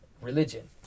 religion